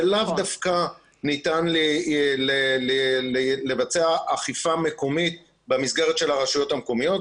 זה לאו דווקא ניתן לבצע אכיפה מקומית במסגרת של הרשויות המקומיות,